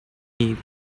neat